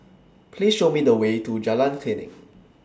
Please Show Me The Way to Jalan Klinik